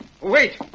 Wait